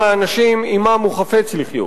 עם האנשים שעמם הוא חפץ לחיות.